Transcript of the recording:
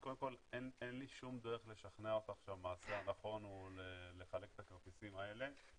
אין לי שום דרך לשכנע אותך שהמעשה הנכון הוא לחלק את הכרטיסים האלה.